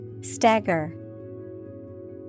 Stagger